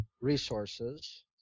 resources